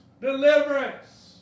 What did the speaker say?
deliverance